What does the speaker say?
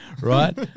Right